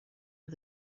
was